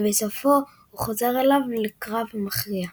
ובסופו הוא חוזר אליו לקרב המכריע.